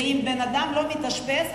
ואם בן-אדם לא מתאשפז,